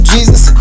Jesus